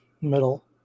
middle